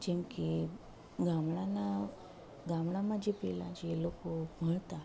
જેમકે ગામડાના ગામડામાં જે પેલા જે લોકો ભણતા